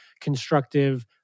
constructive